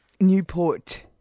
Newport